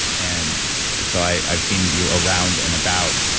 and so i've seen you around and about,